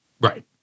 Right